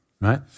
right